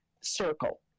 circle